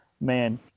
man